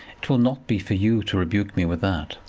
it will not be for you to rebuke me with that.